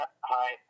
hi